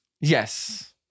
Yes